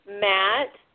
Matt